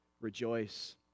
Rejoice